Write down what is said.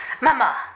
Mama